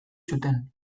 zuten